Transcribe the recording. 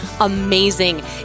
amazing